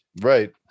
Right